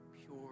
pure